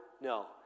No